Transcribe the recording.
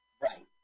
Right